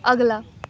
ਅਗਲਾ